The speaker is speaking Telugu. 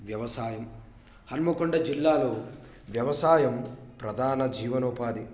వ్యవసాయం హనుమకొండ జిల్లాలో వ్యవసాయం ప్రధాన జీవనోపాధి